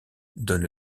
donne